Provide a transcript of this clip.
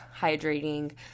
hydrating